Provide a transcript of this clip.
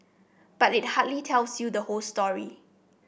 but it hardly tells you the whole story